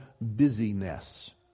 busyness